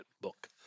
book